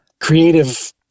creative